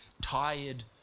tired